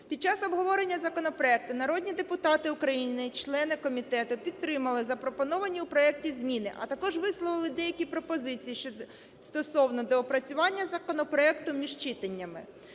Під час обговорення законопроекту народні депутати України, члени комітету, підтримали запропоновані у проекті зміни, а також висловили деякі пропозиції стосовно доопрацювання законопроекту між читаннями.